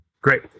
Great